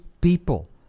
people